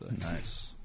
Nice